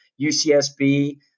UCSB